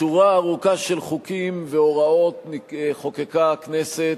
שורה ארוכה של חוקים והוראות חוקקה הכנסת,